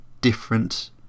different